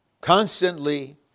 constantly